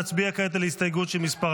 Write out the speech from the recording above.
נצביע כעת על הסתייגות מס'